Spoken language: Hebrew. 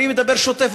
אני מדבר שוטף,